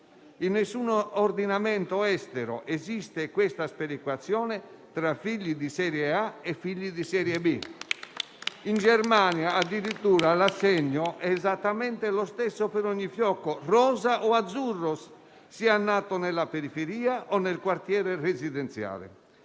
In nessun ordinamento estero esiste questa sperequazione tra figli di serie A e figli di serie B. In Germania, addirittura l'assegno è esattamente lo stesso per ogni fiocco, rosa o azzurro, che sia nato nella periferia o nel quartiere residenziale.